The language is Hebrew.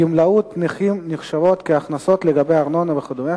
גמלאות נכים נחשבות כהכנסות לגבי ארנונה וכדומה,